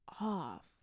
off